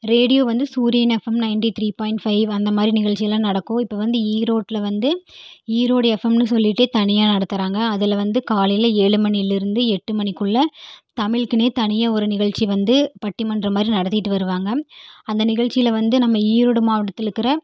radio வந்து Suryan FM ninety three point five அந்த மாதிரி நிகழ்ச்சியெல்லாம் நடக்கும் இப்போது வந்து ஈரோட்டில் வந்து ஈரோடு எஃப்எம்னு சொல்லிட்டு தனியாக நடத்துகிறாங்க அதில் வந்து காலையில் ஏழு மணியிலிருந்து எட்டு மணிக்குள்ளே தமிழ்க்குனே தனியாக ஓரு நிகழ்ச்சி வந்து பட்டிமன்றம் மாதிரி நடத்திக்கிட்டு வருவாங்க அந்த நிகழ்ச்சியில் வந்து நம்ம ஈரோடு மாவட்டத்தில் இருக்குற